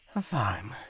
Fine